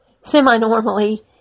semi-normally